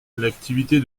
l’activité